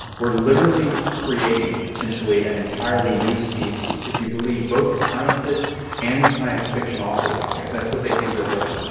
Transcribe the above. we're literally creating potentially an entirely new species. if you believe both the scientists and the science fiction authors out there, that's what they think we're doing.